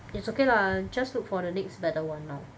it's okay lah just look for the next better one out